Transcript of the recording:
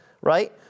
right